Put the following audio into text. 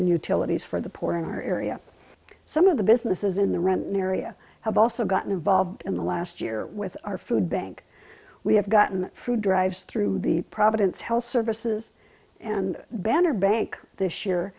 and utilities for the poor in our area some of the businesses in the rent an area have also gotten involved in the last year with our food bank we have gotten food drives through the providence health services and banner bank this year